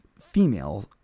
female